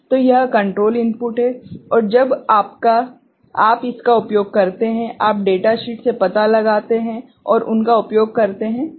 तो यह control input हैं और जब आप इसका उपयोग करते हैं आप डेटा शीट से पता लगाते हैं और उनका उपयोग करते हैं ठीक है